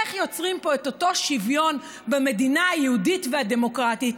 איך יוצרים פה את אותו שוויון במדינה היהודית והדמוקרטית?